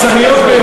לא השמצתי אותך,